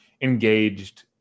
engaged